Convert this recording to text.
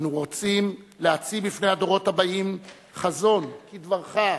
אנו רוצים להציב בפני הדורות הבאים חזון, כדבריך,